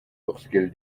lorsqu’elle